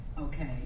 okay